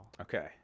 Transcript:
Okay